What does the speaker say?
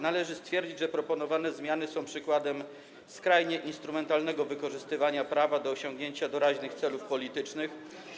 Należy stwierdzić, że proponowane zmiany są przykładem skrajnie instrumentalnego wykorzystywania prawa do osiągnięcia doraźnych celów politycznych.